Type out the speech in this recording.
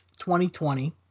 2020